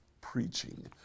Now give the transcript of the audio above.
preaching